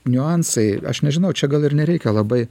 niuansai aš nežinau čia gal ir nereikia labai